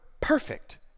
perfect